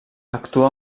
actua